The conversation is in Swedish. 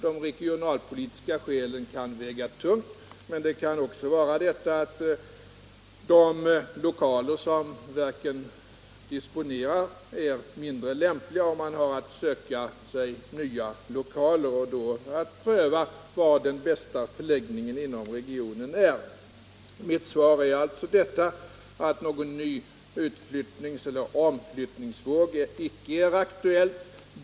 De regionalpolitiska skälen kan väga tungt, men det kan också vara så att de lokaler som verken disponerar är mindre lämpliga, varför man har att söka sig nya lokaler. Då måste man pröva vilket som är den bästa lokaliseringen inom regionen. Mitt svar är alltså att någon ny utflyttningseller omflyttningsvåg inte är aktuell.